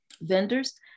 vendors